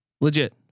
legit